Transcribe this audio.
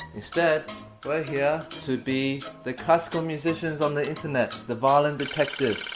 instead, we're here to be the classical musicians on the internet, the violin detectives.